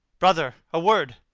brother, a word